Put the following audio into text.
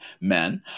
Men